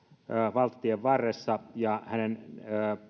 valtatien varressa ja hänen